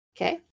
Okay